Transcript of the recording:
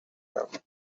بخور